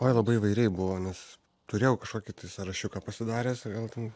oi labai įvairiai buvo nes turėjau kažkokį tai sąrašiuką pasidaręs ir gal ten